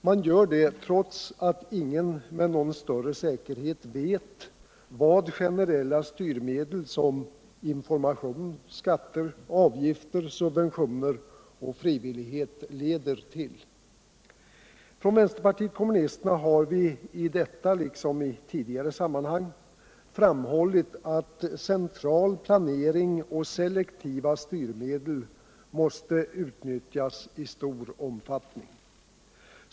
Man gör det trots att ingen med någon större säkerhet vet vad generella styrmedel som information, skatter, avgifter, subventioner och frivillighet leder till. Från vänsterpartiet kommunisterna har vi i detta liksom i tidigare sammanhang framhållit, att central planering och selektiva styrmedel måste utnyttjas i stor omfattning.